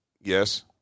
Yes